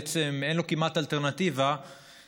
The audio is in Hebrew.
שאין לו כמעט אלטרנטיבה,